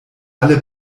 alle